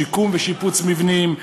שיקום ושיפוץ מבנים,